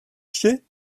chier